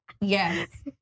Yes